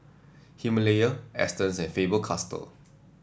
Himalaya Astons and Faber Castell